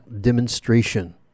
demonstration